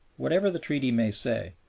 whatever the treaty may say,